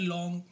Long